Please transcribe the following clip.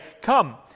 come